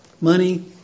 Money